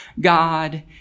God